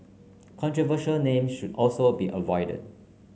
controversial name should also be avoided